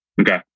Okay